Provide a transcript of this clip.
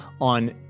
on